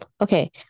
Okay